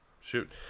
shoot